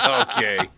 Okay